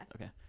Okay